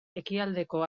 ekialdeko